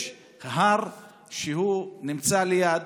יש הר שנמצא ליד,